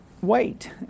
wait